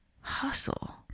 hustle